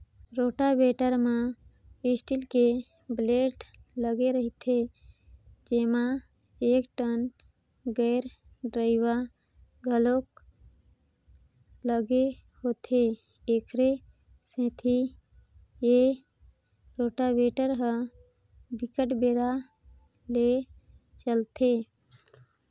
rotavator म steel के blade लगे रहिथे जेमा एकठन गेयर ड्राइव घलोक लगे होथे, एखरे सेती ए रोटावेटर ह बिकट बेरा ले चलथे